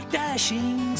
dashing